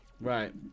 right